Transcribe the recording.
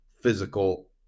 physical